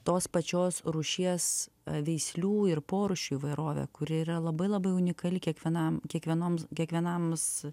tos pačios rūšies veislių ir porūšių įvairovė kuri yra labai labai unikali kiekvienam kiekvienoms kiekvienams